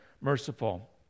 merciful